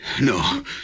no